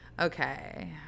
Okay